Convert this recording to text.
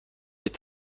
est